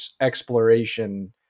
exploration